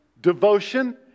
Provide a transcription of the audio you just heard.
devotion